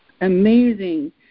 amazing